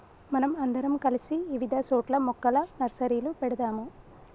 మనం అందరం కలిసి ఇవిధ సోట్ల మొక్కల నర్సరీలు పెడదాము